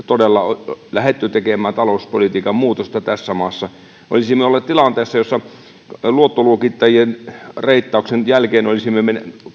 todella lähdetty tekemään talouspolitiikan muutosta tässä maassa olisimme olleet tilanteessa jossa luottoluokittajien reittauksen jälkeen olisivat